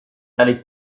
allez